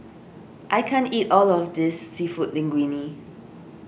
I can't eat all of this Seafood Linguine